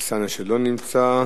לא נמצא.